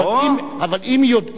אבל אם יודעים,